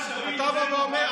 אנחנו רוצים שהעתירה,